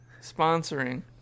Sponsoring